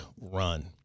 run